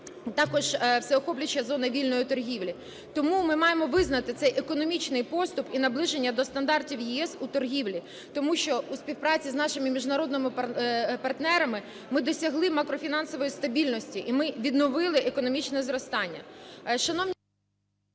також всеохоплююча зона вільної торгівлі. Тому ми маємо визнати цей економічний поступ і наближення до стандартів ЄС у торгівлі. Тому що у співпраці з нашими міжнародними партнерами ми досягли макрофінансової стабільності і ми відновили економічне зростання.